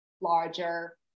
larger